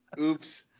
Oops